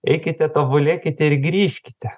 eikite tobulėkite ir grįžkite